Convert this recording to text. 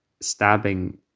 stabbing